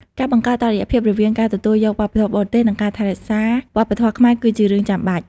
ការបង្កើតតុល្យភាពរវាងការទទួលយកវប្បធម៌បរទេសនិងការថែរក្សាវប្បធម៌ខ្មែរគឺជារឿងចាំបាច់។